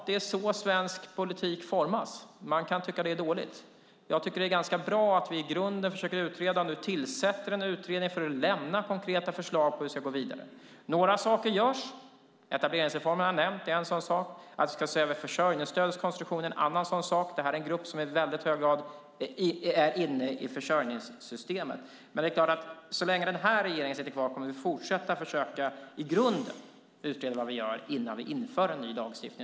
Det är så svensk politik formas. Man kan tycka att det är dåligt. Jag tycker att det är ganska bra att vi i grunden försöker utreda. Nu tillsätter vi en utredning som ska lämna konkreta förslag på hur vi ska gå vidare. Några saker görs. Jag har nämnt etableringsreformen. Det är en sådan sak. Att vi ska se över försörjningsstödets konstruktion är en annan sådan sak. Det här är en grupp som i väldigt hög grad är inne i försörjningssystemet. Så länge den här regeringen sitter kvar kommer vi att fortsätta att försöka utreda i grunden vad vi gör innan vi inför en ny lagstiftning.